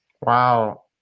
Wow